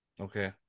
Okay